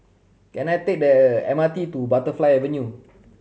can I take the M R T to Butterfly Avenue